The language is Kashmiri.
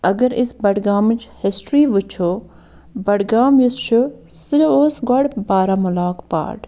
اَگر أسۍ بڈگامٕچ ہِسٹری وٕچھو بڈگام یُس چھُ سُہ اوس گۄڈٕ بارہمولاہُک پارٹ